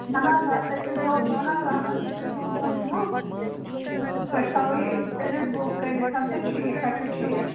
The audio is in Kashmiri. نہ حظ نہ أکِس دۄن دۄہَن حظ اہن حظ أکِس دۄن دۄہَن یِمو أسۍ تھاوَو یہِ کٔرِتھ بُک کٔرِتھ تہٕ ٹھیٖک حظ چھُ ٹھیٖک چھُ